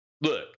look